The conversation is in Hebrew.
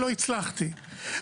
לא הצלחתי.